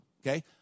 Okay